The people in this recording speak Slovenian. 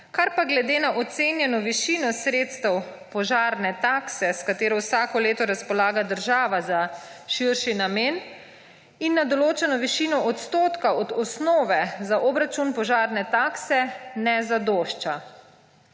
kar pa glede na ocenjeno višino sredstev požarne takse, s katero vsako leto razpolaga država za širši namen, in na določeno višino odstotka od osnove za obračun požarne takse, ne zadošča.